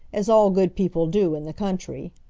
as all good people do in the country.